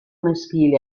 maschile